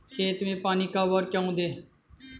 खेत में पानी कब और क्यों दें?